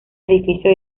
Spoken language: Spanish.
edificio